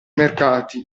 mercati